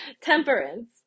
Temperance